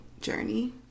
journey